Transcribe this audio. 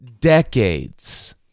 decades